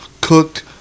cooked